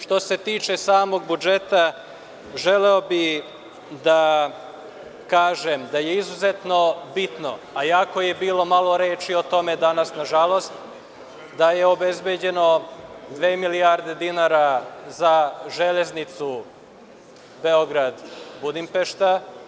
Što se tiče samog budžeta, želeo bih da kažem da je izuzetno bitno, a jako je bilo malo reči o tome danas, da je obezbeđeno dve milijarde dinara za Železnicu Beograd-Budimpešta.